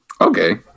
Okay